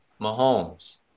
Mahomes